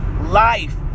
life